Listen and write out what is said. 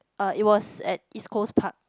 uh it was at East Coast Park